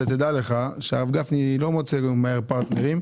תדע לך שהרב גפני לא מוצא לו מהר פרטנרים.